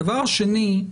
הדבר השני,